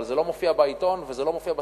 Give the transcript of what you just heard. אבל זה לא מופיע בעיתון וזה לא מופיע בסטטיסטיקות,